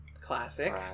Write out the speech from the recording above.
Classic